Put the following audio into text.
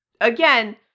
again